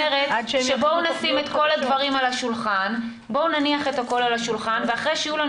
בגלל זה אני אומרת שבואו נשים את כל הדברים על השולחן ואחרי שיהיו לנו